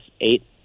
eight